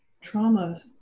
trauma